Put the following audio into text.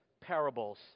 parables